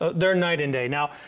they are night and day. now,